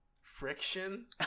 friction